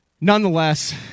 nonetheless